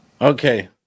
Okay